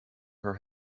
her